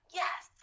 yes